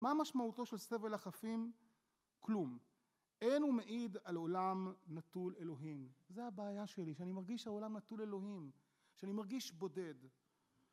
מה משמעותו של סבל החפים? כלום. אין ומעיד על עולם נטול אלוהים, זה הבעיה שלי, שאני מרגיש העולם נטול אלוהים, שאני מרגיש בודד